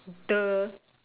!duh!